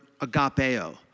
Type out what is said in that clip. agapeo